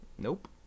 Nope